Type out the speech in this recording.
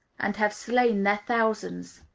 and have slain their thousands.